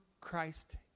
Christ